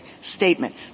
statement